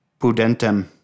pudentem